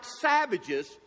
savages